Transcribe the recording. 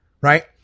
Right